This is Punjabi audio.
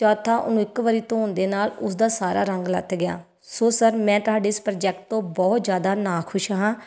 ਚੌਥਾ ਉਹਨੂੰ ਇੱਕ ਵਾਰੀ ਧੋਣ ਦੇ ਨਾਲ ਉਸਦਾ ਸਾਰਾ ਰੰਗ ਲੱਥ ਗਿਆ ਸੋ ਸਰ ਮੈਂ ਤੁਹਾਡੇ ਇਸ ਪ੍ਰੋਜੈਕਟ ਤੋਂ ਬਹੁਤ ਜ਼ਿਆਦਾ ਨਾਖੁਸ਼ ਹਾਂ